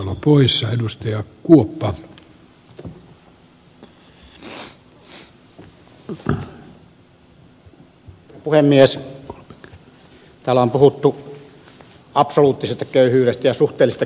täällä on puhuttu absoluuttisesta köyhyydestä ja suhteellisesta köyhyydestä